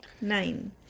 Nine